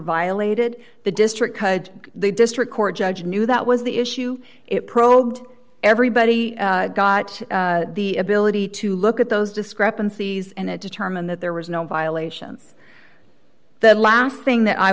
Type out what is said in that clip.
violated the district the district court judge knew that was the issue it prob everybody got the ability to look at those discrepancies and determine that there was no violations the last thing that i